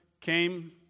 came